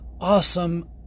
awesome